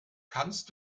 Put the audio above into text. kannst